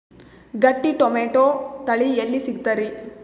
ಗಟ್ಟಿ ಟೊಮೇಟೊ ತಳಿ ಎಲ್ಲಿ ಸಿಗ್ತರಿ?